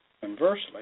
conversely